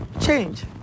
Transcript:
change